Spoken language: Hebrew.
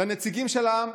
לנציגים של העם,